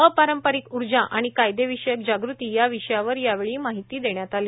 अपारंपारिक उर्जा आणि कायदेविशयक जागृती या विषयावर माहिती देण्यात आली